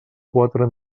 quatre